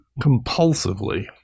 compulsively